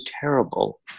terrible